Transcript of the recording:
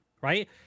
right